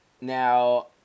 Now